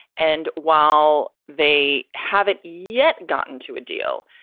and while they haven't yet gotten to a deal,